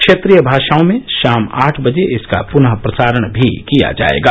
क्षेत्रीय भाषाओं में शाम आठ बजे इसका प्नः प्रसारण भी किया जाएगा